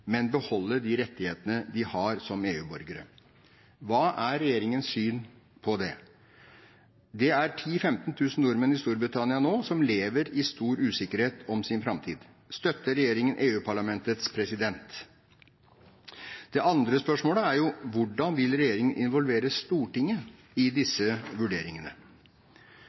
men beholde de rettighetene de har som EU-borgere. Hva er regjeringens syn på det? Det er 10 000–15 000 nordmenn i Storbritannia som nå lever i stor usikkerhet om sin framtid. Støtter regjeringen EU-parlamentets president? Det andre spørsmålet er jo: Hvordan vil regjeringen involvere Stortinget i disse vurderingene?